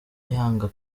yanga